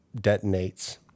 detonates